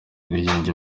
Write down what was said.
ubwigenge